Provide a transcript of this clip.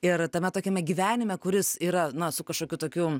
ir tame tokiame gyvenime kuris yra na su kažkokiu tokiu